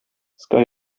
ska